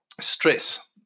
stress